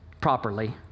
properly